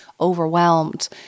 overwhelmed